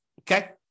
Okay